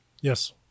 Yes